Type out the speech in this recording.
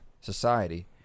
society